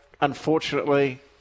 unfortunately